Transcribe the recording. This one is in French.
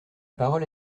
parole